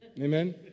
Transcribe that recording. amen